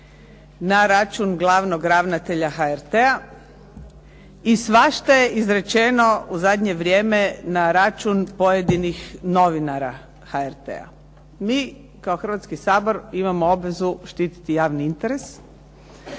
na račun glavnog ravnatelja HRT-a i svašta je izrečeno u zadnje vrijeme na račun pojedinih novinara HRT-a. Mi kao Hrvatski sabor imamo obvezu štiti javni interes